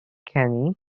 kenney